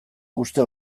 uste